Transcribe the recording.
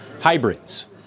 hybrids